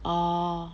orh